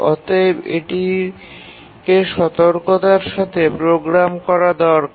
অতএব এটিকে সতর্কতার সাথে প্রোগ্রাম করা দরকার